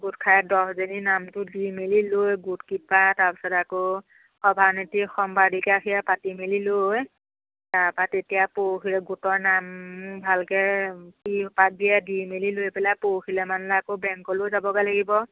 গোট খাই দহজনী নামটো দি মেলি লৈ গোট কিবা তাৰপিছত আকৌ সভানেত্ৰী সম্পাদিকা সেয়া পাতি মেলি লৈ তাপা তেতিয়া পৰহিলে গোটৰ নাম ভালকৈ কি হোপাত দিয়ে দি মেলি লৈ পেলাই পৰহিলৈ মানলৈ আকৌ বেংকলৈও যাবগৈ লাগিব